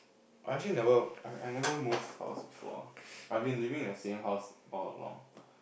I actually never I I never moved house before I've been living in the same house all along